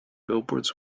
billboards